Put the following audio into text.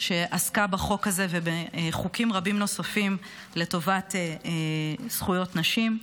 שעסקה בחוק הזה ובחוקים רבים נוספים לטובת זכויות נשים,